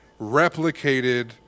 replicated